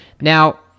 Now